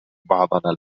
بعضنا